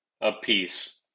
apiece